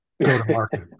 go-to-market